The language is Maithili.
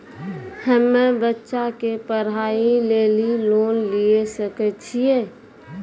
हम्मे बच्चा के पढ़ाई लेली लोन लिये सकय छियै?